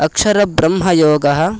अक्षरब्रह्मयोगः